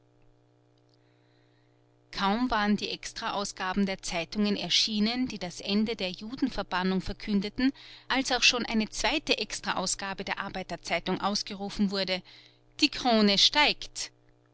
kaum waren die extra ausgaben der zeitungen erschienen die das ende der judenverbannung verkündeten als auch schon eine zweite extraausgabe der arbeiter zeitung ausgerufen wurde die krone steigt